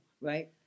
right